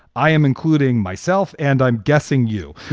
i am including myself, and i'm guessing, you